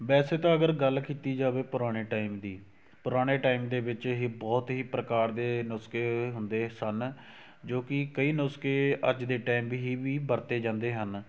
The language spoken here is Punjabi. ਵੈਸੇ ਤਾਂ ਅਗਰ ਗੱਲ ਕੀਤੀ ਜਾਵੇ ਪੁਰਾਣੇ ਟਾਈਮ ਦੀ ਪੁਰਾਣੇ ਟਾਈਮ ਦੇ ਵਿੱਚ ਇਹ ਬਹੁਤ ਹੀ ਪ੍ਰਕਾਰ ਦੇ ਨੁਸਖੇ ਹੁੰਦੇ ਸਨ ਜੋ ਕਿ ਕਈ ਨੁਸਖੇ ਅੱਜ ਦੇ ਟਾਈਮ ਵੀ ਵਰਤੇ ਜਾਂਦੇ ਹਨ ਜਿਵੇਂ ਕਿ ਆਪਾਂ ਅੱਜ ਗੱਲ ਕਰਾਂਗੇ ਪਿੱਠ ਦੇ ਦਰਦ ਦੀਠ